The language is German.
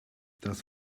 das